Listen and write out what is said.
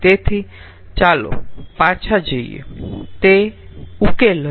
તેથી ચાલો પાછા જઈએ તે ઉકેલ હશે